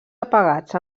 apagats